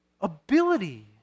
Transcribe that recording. ability